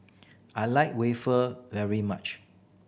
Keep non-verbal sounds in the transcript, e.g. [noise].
I like [unintelligible] very much